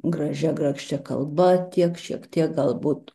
gražia grakščia kalba tiek šiek tiek galbūt